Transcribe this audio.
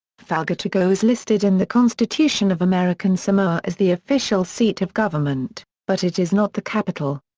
fagatogo is listed in the constitution of american samoa as the official seat of government, but it is not the capital.